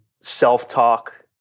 self-talk